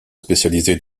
spécialisé